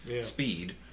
speed